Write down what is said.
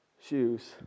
shoes